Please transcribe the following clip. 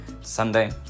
Sunday